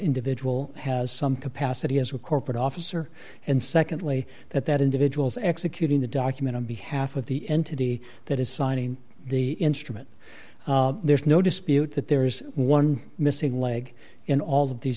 individual has some capacity as a corporate officer and secondly that that individual's executing the document on behalf of the entity that is signing the instrument there's no dispute that there's one missing leg in all of these